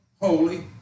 holy